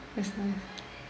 that's nice